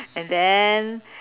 and then